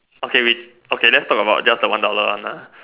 okay we okay let's talk about just the one dollar one lah